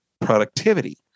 Productivity